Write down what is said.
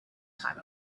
time